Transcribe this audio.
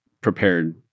prepared